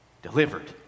delivered